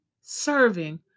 serving